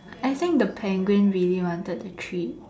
I think the penguin really wanted a treat